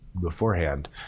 beforehand